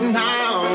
now